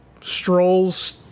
strolls